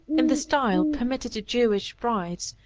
in the style permitted to jewish brides,